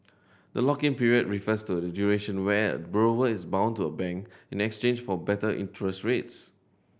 the lock in period refers to the duration where borrower is bound to a bank in exchange for better interest rates